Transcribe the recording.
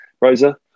Rosa